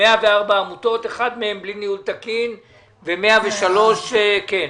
104 עמותות, אחת מהן בלי ניהול תקין ו-103 כן.